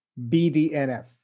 BDNF